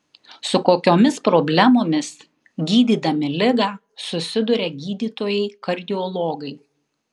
su kokiomis problemomis gydydami ligą susiduria gydytojai kardiologai